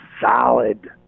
solid